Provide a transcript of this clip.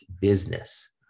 business